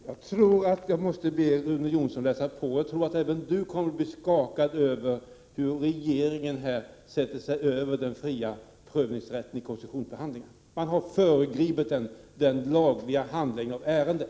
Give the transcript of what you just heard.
Herr talman! Jag tror att jag måste be Rune Jonsson läsa på. Jag tror att även Rune Jonsson kommer att bli skakad över hur regeringen sätter sig över den fria prövningsrätten i koncessionsförhandlingarna. Den har föregripit den lagliga handläggningen av ärendet.